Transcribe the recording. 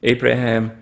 Abraham